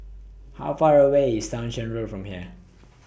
How Far away IS Townshend Road from here